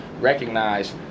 recognize